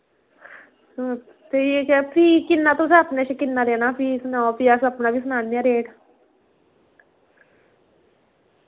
ठीक ऐ फ्ही किन्ना तुसैं अपने कशा किन्ना देना फ्ही सनाओ फ्ही अस अपना वी सनानेआं रेट